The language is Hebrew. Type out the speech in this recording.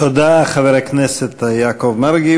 תודה, חבר הכנסת יעקב מרגי.